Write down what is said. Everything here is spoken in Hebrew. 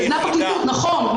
בפני הפרקליטות, נכון.